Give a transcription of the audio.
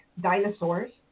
dinosaurs